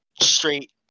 straight